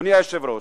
אדוני היושב-ראש,